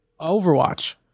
Overwatch